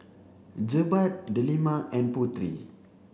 Jebat Delima and Putri